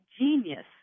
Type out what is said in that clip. genius